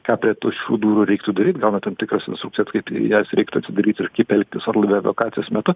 ką prie tuščių durų reiktų daryt gauna tam tikras instrukcijas kaip jas reiktų atsidaryt ir kaip elgtis orlaivio evakuacijos metu